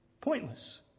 pointless